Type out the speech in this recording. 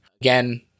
Again